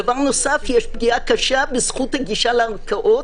בנוסף, יש פגיעה קשה בזכות הגישה לערכאות.